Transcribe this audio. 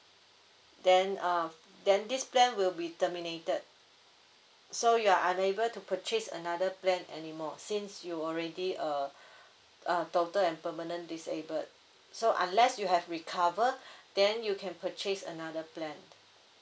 then uh then this plan will be terminated so you are unable to purchase another plan anymore since you already uh uh total and permanent disabled so unless you have recover then you can purchase another plan